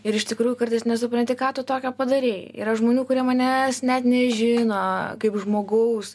ir iš tikrųjų kartais nesupranti ką tu tokio padarei yra žmonių kurie manęs net nežino kaip žmogaus